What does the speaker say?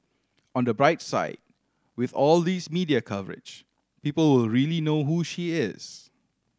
on the bright side with all these media coverage people will really know who she is